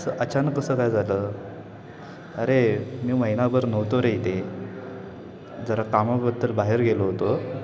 असं अचानक कसं काय झालं अरे मी महिनाभर नव्हतो रे इथे जरा कामाबद्दल बाहेर गेलो होतो